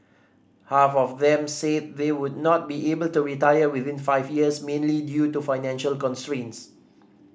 half of them said they would not be able to retire within five years mainly due to financial constraints